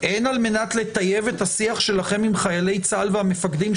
הן על מנת לטייב את השיח שלכם עם חיילי צה"ל והמפקדים,